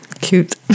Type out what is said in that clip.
Cute